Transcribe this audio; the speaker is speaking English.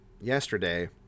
yesterday